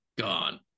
gone